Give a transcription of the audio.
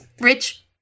rich